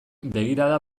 begirada